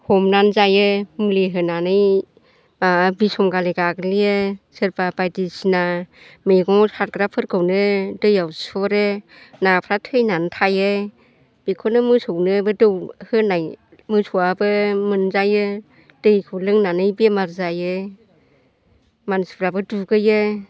हमनानै जायो मुलि होनानै बिसंगालि गाग्लियो सोरबा बायदिसिना मैगं हाग्रा फोरखौनो दैआव सुहरो नाफ्रा थैनानै थायो बेखौनो मोसौनोबो होनाय मोसौआबो मोनजायो दैखौ लोंनानै बेमार जायो मानसिफ्राबो दुगैयो